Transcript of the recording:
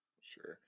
Sure